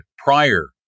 prior